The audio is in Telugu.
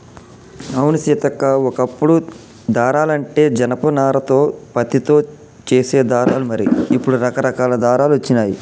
అవును సీతక్క ఓ కప్పుడు దారాలంటే జనప నారాలతో పత్తితో చేసే దారాలు మరి ఇప్పుడు రకరకాల దారాలు వచ్చినాయి